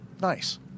Nice